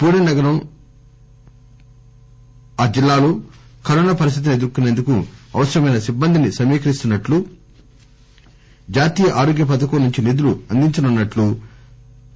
పూణే నగరం ఆ జిల్లాలో కరోనా పరిస్థితిని ఎదుర్కుసేందుకు అవసరమైన సిబ్బందిని సమీకరిస్తునట్లు జాతీయ ఆరోగ్య పథకం నుంచి నిధులు అందించనున్నట్లు చెప్పారు